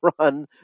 run